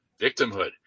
victimhood